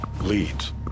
leads